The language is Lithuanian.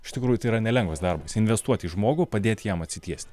iš tikrųjų tai yra nelengvas darbas investuoti į žmogų padėti jam atsitiest